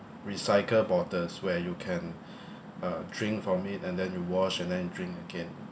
recycle bottles where you can uh drink from it and then you wash and then drink again